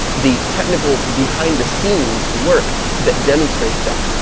the technical behind-the-scenes work that demonstrates that,